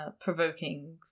provoking